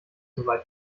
soweit